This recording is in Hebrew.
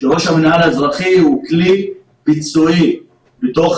שראש המנהל האזרחי הוא כלי ביצועי בתוך